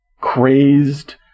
crazed